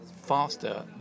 faster